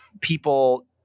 people